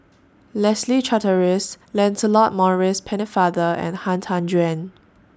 Leslie Charteris Lancelot Maurice Pennefather and Han Tan Juan